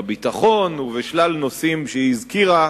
בביטחון, ובשלל נושאים שהיא הזכירה,